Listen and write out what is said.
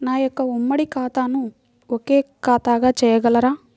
నా యొక్క ఉమ్మడి ఖాతాను ఒకే ఖాతాగా చేయగలరా?